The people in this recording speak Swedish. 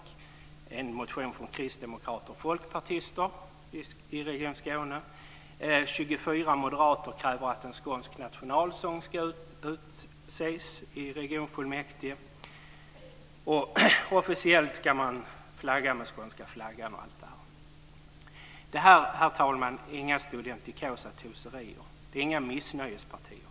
Det finns en motion från kristdemokrater och folkpartister i Region Skåne, 24 moderater kräver att en skånsk nationalsång ska utses i regionfullmäktige, man ska flagga officiellt med skånska flaggan och allt detta. Herr talman! Detta är inga studentikosa toserier. Det är inga missnöjespartier.